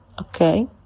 Okay